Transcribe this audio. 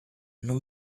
non